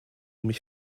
mich